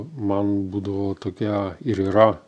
man būdavo tokia ir yra